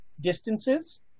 distances